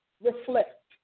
reflect